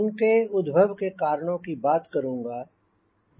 उनके उद्भव के कारणों की बात करूंँगा